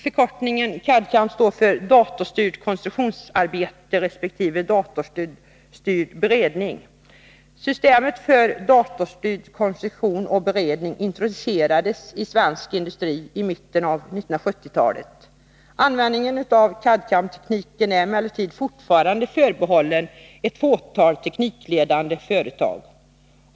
Förkortningen CAD CAM-tekniken är emellertid fortfarande förbehållen ett fåtal teknikledande företag.